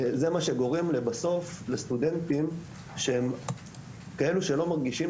זה מה שגורם בסוף לסטודנטים שהם כאלו שלא מרגישים